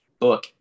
book